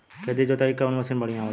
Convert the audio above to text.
खेत के जोतईला कवन मसीन बढ़ियां होला?